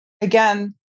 again